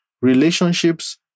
relationships